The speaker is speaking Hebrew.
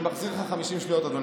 אני מחזיר לך 50 שניות, אדוני.